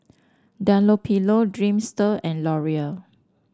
Dunlopillo Dreamster and Laurier